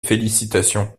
félicitations